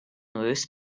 loose